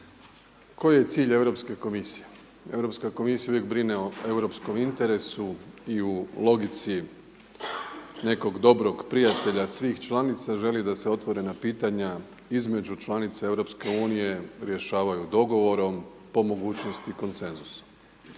koji je cilj Europske komisije? Europska komisija uvijek brine o europskom interesu i u logici nekog dobrog prijatelja svih članica želi da se otvorena pitanja između članica Europske unije rješavaju dogovorom, po mogućnosti konsenzusom.